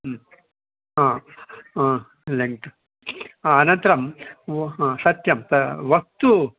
ह्म् ह ह लेङ्गत् अनन्तरं ओ ह सत्यं वक्तुम्